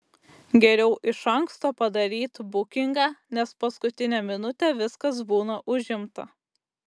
geriau iš anksto padaryt bukingą nes paskutinę minutę viskas būna užimta